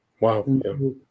Wow